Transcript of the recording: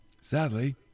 Sadly